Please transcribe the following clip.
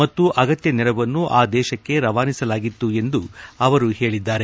ಮತ್ತು ಅಗತ್ತ ನೆರವನ್ನು ಆ ದೇಶಕ್ಕೆ ರವಾನಿಸಲಾಗಿತ್ತು ಎಂದು ಅವರು ಹೇಳಿದ್ದಾರೆ